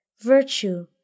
Virtue